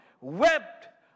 wept